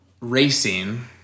racing